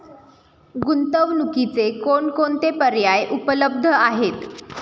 गुंतवणुकीचे कोणकोणते पर्याय उपलब्ध आहेत?